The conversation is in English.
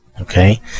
Okay